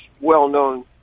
well-known